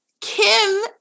Kim